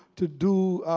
to do